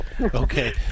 Okay